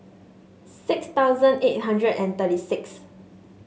six thousand eight hundred and thirty sixth